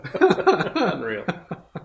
Unreal